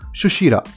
Shushira